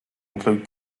include